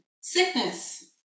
sickness